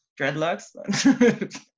dreadlocks